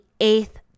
eighth